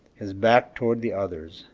his back towards the others,